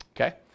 Okay